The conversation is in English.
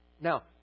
Now